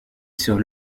sur